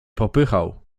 popychał